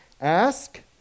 Ask